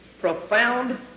profound